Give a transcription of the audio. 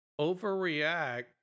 overreact